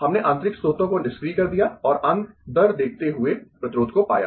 हमने आंतरिक स्रोतों को निष्क्रिय कर दिया और अंदर देखते हुए प्रतिरोध को पाया